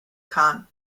khan